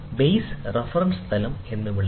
base reference തലം എന്ന് വിളിക്കുന്നു